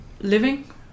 living